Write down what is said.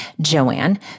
Joanne